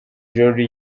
jolly